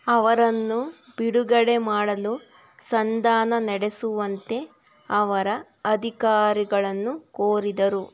ಅವರನ್ನು ಬಿಡುಗಡೆ ಮಾಡಲು ಸಂಧಾನ ನಡೆಸುವಂತೆ ಅವರ ಅಧಿಕಾರಿಗಳನ್ನು ಕೋರಿದರು